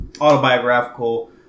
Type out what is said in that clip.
autobiographical